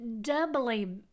doubly